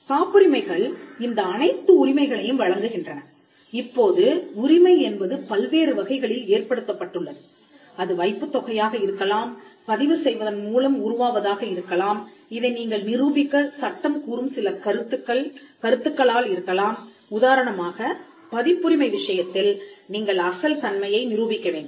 காப்புரிமைகள் இந்த அனைத்து உரிமைகளையும் வழங்குகின்றன இப்போது உரிமை என்பது பல்வேறு வகைகளில் ஏற்படுத்தப்பட்டுள்ளதுஅது வைப்புத் தொகையாக இருக்கலாம் பதிவு செய்வதன் மூலம் உருவாவதாக இருக்கலாம் இதை நீங்கள் நிரூபிக்க சட்டம் கூறும் சில கருத்துக்கள் கருத்துக்களால் இருக்கலாம் உதாரணமாகப் பதிப்புரிமை விஷயத்தில் நீங்கள் அசல் தன்மையை நிரூபிக்க வேண்டும்